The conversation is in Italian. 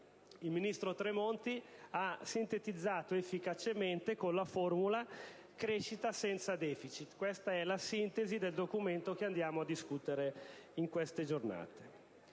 Il ministro Tremonti lo ha sintetizzato efficacemente con la formula: crescita senza deficit. Questa è la sintesi del Documento che andiamo a discutere in queste giornate.